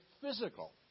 physical